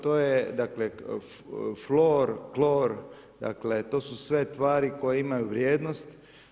To je, dakle, flor, klor dakle to su sve tvari koje imaju vrijednost.